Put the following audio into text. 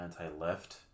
anti-left